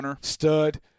stud